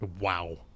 Wow